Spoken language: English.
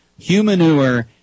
Humanure